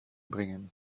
bringen